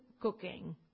cooking